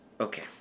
Okay